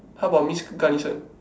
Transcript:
how about miss Ganesan